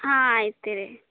ಹಾಂ ಆಯ್ತು ಇರಿ